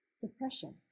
depression